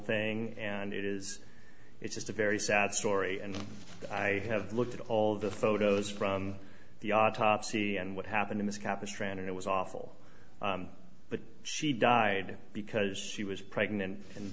thing and it is it's just a very sad story and i have looked at all of the photos from the autopsy and what happened in this capistrano was awful but she died because she was pregnant and